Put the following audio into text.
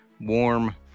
warm